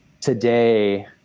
Today